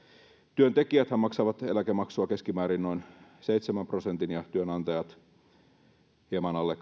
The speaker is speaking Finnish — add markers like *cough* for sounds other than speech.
työntekijäthän maksavat eläkemaksua keskimäärin noin seitsemän prosentin ja työnantajat hieman alle *unintelligible*